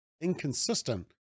inconsistent